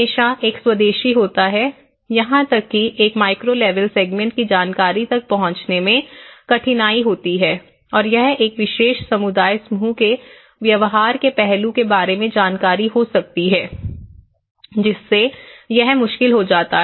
हमेशा एक स्वदेशी होता है यहां तक कि एक माइक्रो लेवल सेगमेंट की जानकारी तक पहुंचने में कठिनाइ होती है और यह एक विशेष समुदाय समूह के व्यवहार के पहलू के बारे में जानकारी हो सकती है जिससे यह मुश्किल हो जाता है